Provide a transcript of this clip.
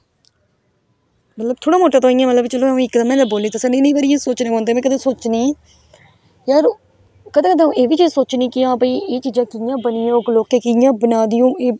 मतलब थोह्ड़ा बहूता ते इक इयां मतलब कि में वोली ते सकनी इये सोचना पोंदा कि में सोचनी यार कंदे कंदे एह् बी चीज सोचनी कि भाई एह् चिजां कियां बनी होङन लोके किया बनाई दियां होङन एह्